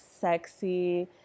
sexy